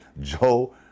Joe